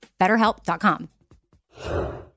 BetterHelp.com